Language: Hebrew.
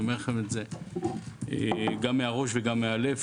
אני אומר לכם את זה גם מהראש וגם מהלב,